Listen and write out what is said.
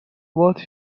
what